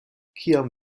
kiam